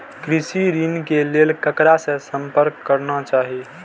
कृषि ऋण के लेल ककरा से संपर्क करना चाही?